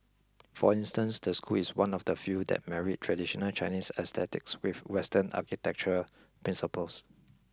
for instance the school is one of the few that married traditional Chinese aesthetics with western architectural principles